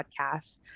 podcast